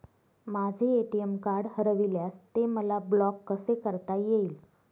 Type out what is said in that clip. माझे ATM card हरविल्यास ते मला ब्लॉक कसे करता येईल?